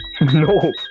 No